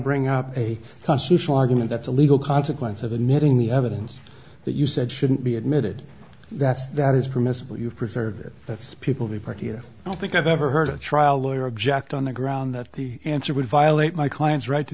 bring up a constitutional argument that's a legal consequence of admitting the evidence that you said shouldn't be admitted that's that is permissible you preserve it that's people be party i don't think i've ever heard a trial lawyer object on the ground that the answer would violate my client's right to